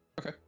Okay